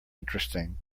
interesting